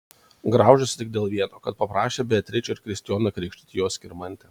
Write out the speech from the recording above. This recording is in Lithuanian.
graužėsi tik dėl vieno kad paprašė beatričę ir kristijoną krikštyti jos skirmantę